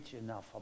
enough